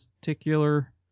particular